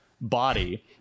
body